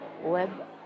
Web